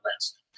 list